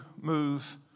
move